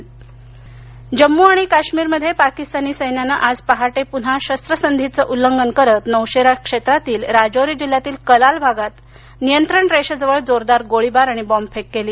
जम्म काश्मीर जम्मू आणि काश्मीरमध्ये पाकिस्ताननं आज पहाटे पुन्हा शस्त्रसंधीचं उल्लंघन करत नौशेरा क्षेत्रातील राजौरी जिल्ह्यातील कलाल भागात नियंत्रण रेषेजवळ जोरदार गोळीबार आणि बॉम्बफेक केली